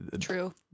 True